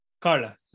Carla